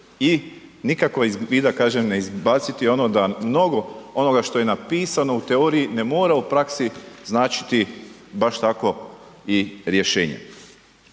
ono da mnogo onoga što je napisano u teoriji ne mora u praksi značiti baš tako i rješenja.